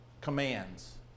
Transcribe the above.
Commands